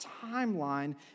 timeline